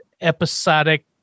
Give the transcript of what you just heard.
episodic